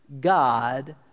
God